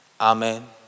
Amen